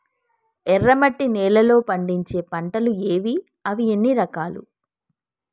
ఎర్రమట్టి నేలలో పండించే పంటలు ఏవి? అవి ఎన్ని రకాలు?